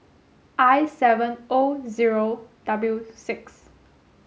I seven O zero W six